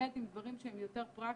באמת עם דברים שהם יותר פרקטיים.